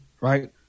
right